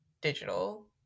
digital